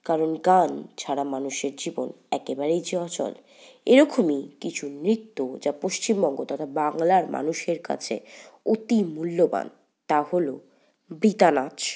কারণ গান ছাড়া মানুষের জীবন একেবারেই যে অচল এরকমই কিছু নৃত্য যা পশ্চিমবঙ্গ তথা বাংলার মানুষের কাছে অতি মূল্যবান তা হল বৃতা নাচ